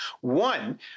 One